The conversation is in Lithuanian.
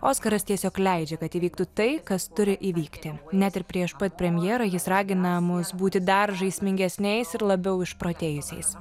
oskaras tiesiog leidžia kad įvyktų tai kas turi įvykti net ir prieš pat premjerą jis ragina mus būti dar žaismingesniais ir labiau išprotėjusiais